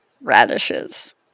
radishes